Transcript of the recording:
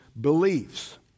beliefs